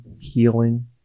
healing